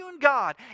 God